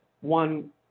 one